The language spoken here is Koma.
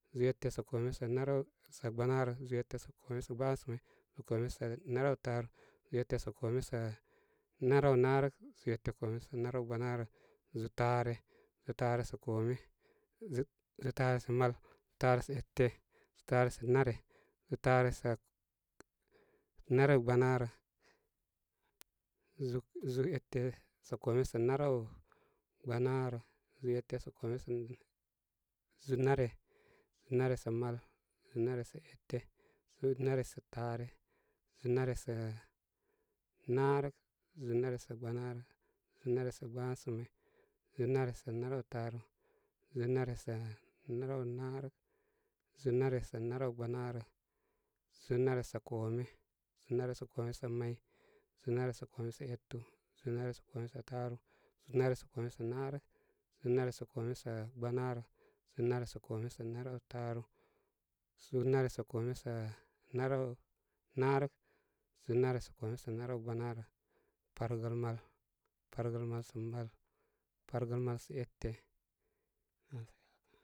Zúú ete sa naraw-sa gbanaarə, zúú ete sa koome sa gbasamay, zúú koome sa naraw taaru, zúú ete sa koome sa naraw naarək, zuu ete koome sa naraw gbanaarə, zúú taare. Zúú taare sa koome, zúú taare sa mal, zúú taare sa ete, zúú taare sa nake, zúú taare sa narawgba naarə, zúú ete sa koome sa naraw gbanaarə, zúú ete sa koome sa naarə, zúú taare. Zúú taare sakoome, zúú taare sa mal, zúú taare sa ete, zúú taare sa nake, zúú taare sa narawgbanaarə, zúú ete sa koome sa naraw gbanadrə zúú ete sa koome sa zúú nare, zúú nare sa mal, zúú nare sa ete, zúú nare sa taare, zúú nare sa naarək, zúú nare sa gbanaarə, zúú nare sa gbasamay, zúú nare sa narawtaaru, zúú nare sa naraw naarək. zúú nare sa naraw gbanaarə, zúú nare sa koome, zúú nare sa koome sa may, zúú nare sa koome sa etu, zúú nare sa koome sa taaru, zúú nare sa koome sa narək, zúú nare sa koome sagbanaarə, zúú nare sa koome so naraw taaru, zúú nare sa koome sa naraw naarək, zúú nare sa koome sa narawgbamarə, pargəl mal. Pargəl mal sa mal, pargəl mal sa ete.